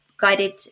guided